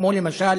ולמשל